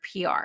PR